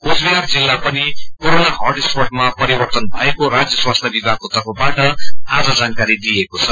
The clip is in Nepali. कोचबिहार जिल्ला पनि कोरोना हट स्पटमा परिवर्तन भएको राज्य स्वास्थ्य विभागको तर्फबाट आज जानकारी दिइएको छ